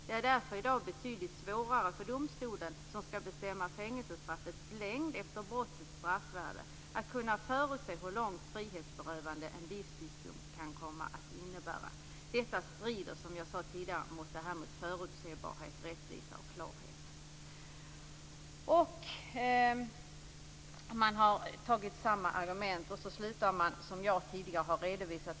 Det är därför idag betydligt svårare för domstolen, som ska bestämma fängelsestraffets längd efter brottets straffvärde, att kunna förutse hur långt frihetsberövande en livstidsdom kan komma att innebära. Detta strider mot de krav på förutsebarhet, rättvisa och klarhet som enligt de senaste reformerna bör ställas på ett straffsystem."